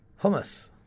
Hummus